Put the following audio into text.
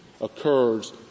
occurs